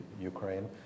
Ukraine